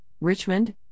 Richmond